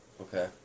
Okay